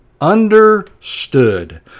understood